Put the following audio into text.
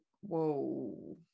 whoa